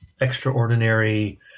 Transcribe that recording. extraordinary